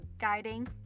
guiding